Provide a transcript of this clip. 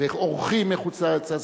ואורחים מחוץ-לארץ,